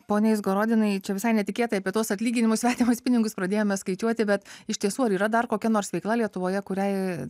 pone izgorodinai čia visai netikėtai apie tuos atlyginimus svetimus pinigus pradėjome skaičiuoti bet iš tiesų ar yra dar kokia nors veikla lietuvoje kuriai